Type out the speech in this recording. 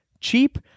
cheap